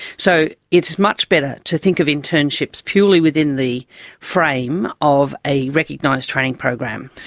so it's much better to think of internships purely within the frame of a recognised training program.